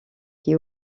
qui